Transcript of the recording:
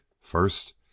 first